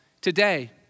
today